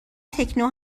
تکنو